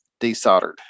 desoldered